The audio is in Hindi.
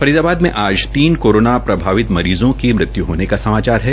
फरीदाबाद में आज तीन कोरोना प्रभवित मरीज़ों की मृत्यु होने के समाचार है